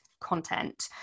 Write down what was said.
content